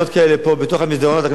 אני לא אתנגד לשינוי.